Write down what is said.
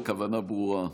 הכוונה ברורה.